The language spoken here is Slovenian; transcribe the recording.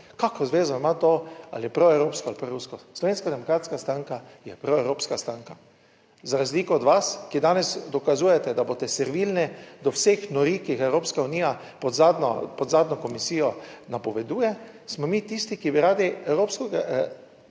kakšno zvezo ima to, ali je proevropsko ali prorusko? Slovenska demokratska stranka je proevropska stranka za razliko od vas, ki danes dokazujete, da boste servilni do vseh norij, ki jih Evropska unija pod zadnjo komisijo napoveduje, smo mi tisti, ki bi rad tudi evropsko